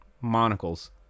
monocles